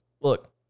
look